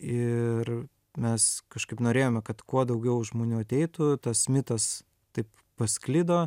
ir mes kažkaip norėjome kad kuo daugiau žmonių ateitų tas mitas taip pasklido